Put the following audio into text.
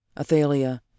Athalia